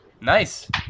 Nice